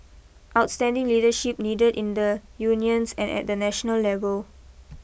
outstanding leadership needed in the unions and at the national level